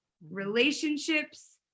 relationships